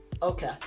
Okay